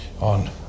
on